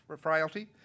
frailty